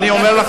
היושב-ראש,